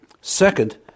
Second